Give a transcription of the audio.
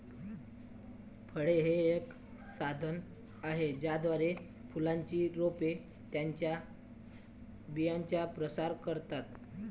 फळे हे एक साधन आहे ज्याद्वारे फुलांची रोपे त्यांच्या बियांचा प्रसार करतात